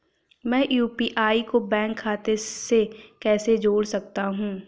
मैं यू.पी.आई को बैंक खाते से कैसे जोड़ सकता हूँ?